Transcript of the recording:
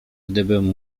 gdybym